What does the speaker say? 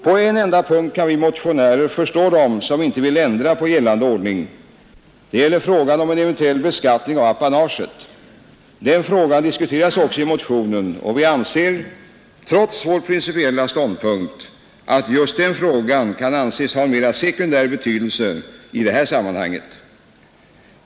På en enda punkt kan vi motionärer förstå dem som inte vill ändra på gällande ordning. Det gäller frågan om en eventuell beskattning av apanaget. Den frågan diskuteras också i motionen och vi anser — trots vår principiella ståndpunkt — att just den frågan kan anses ha en mer sekundär betydelse i det större sammanhanget.